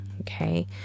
okay